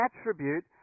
attribute